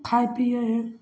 खाइ पिए हइ